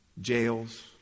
jails